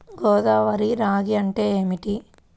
గోదావరి రాగి అంటే ఏమిటి?